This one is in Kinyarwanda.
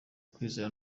kwizera